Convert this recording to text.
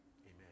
Amen